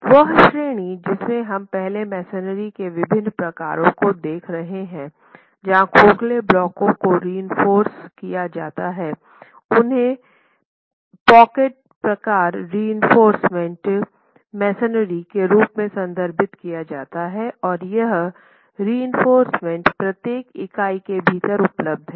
वह श्रेणी जिसे हम पहले मेसनरी के विभिन्न प्रकारों में देख रहे हैं जहां खोखले ब्लॉकों को रिइंफोर्स किया जाता है उन्हें पॉकेट प्रकार रिइंफोर्स मेसनरी के रूप में संदर्भित किया जाता है और यह रएंफोर्रसमेंट प्रत्येक इकाई के भीतर उपलब्ध हैं